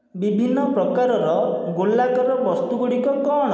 ବିଭିନ୍ନ ପ୍ରକାରର ଗୋଲାକାର ବସ୍ତୁ ଗୁଡ଼ିକ କ'ଣ